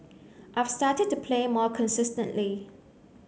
I've started to play more consistently